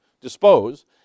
dispose